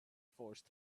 forced